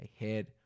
ahead